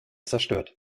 zerstört